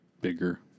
bigger